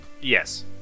Yes